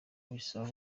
bibasaba